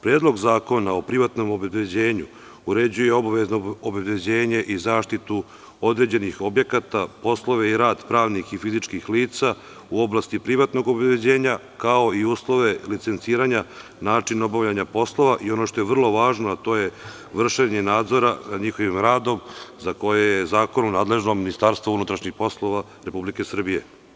Predlog zakona o privatnom obezbeđenju uređuje obavezno obezbeđenje i zaštitu određenih objekata, poslove i rad pravnih i fizički lica u oblasti privatnog obezbeđenja, kao i uslove licenciranja, način obavljanja poslova i ono što je vrlo važno, a to je vršenje nadzora nad njihovim radom, za koje je zakonom nadležno MUP Republike Srbije.